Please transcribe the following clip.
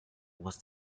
was